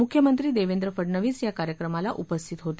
मुख्यमंत्री देवेंद्र फडनवीस या कार्यक्रमाला उपस्थित होत